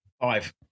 Five